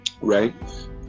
right